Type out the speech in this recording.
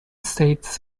states